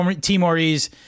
Timorese